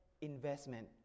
investment